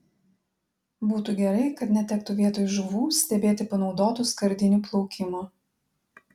būtų gerai kad netektų vietoj žuvų stebėti panaudotų skardinių plaukimo